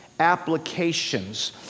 Applications